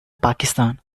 pakistan